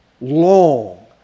long